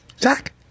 Zach